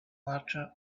larger